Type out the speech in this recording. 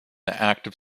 active